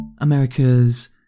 America's